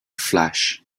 flash